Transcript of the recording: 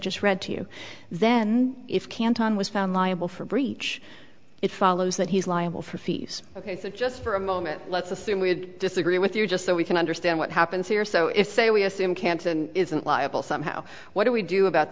just read to you then if canton was found liable for breach it follows that he's liable for ok so just for a moment let's assume we disagree with you just so we can understand what happens here so if say we assume cancer isn't liable somehow what do we do about